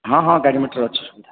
ହଁ ହଁ ଗାଡ଼ି ମୋଟର ଅଛି ସୁବିଧା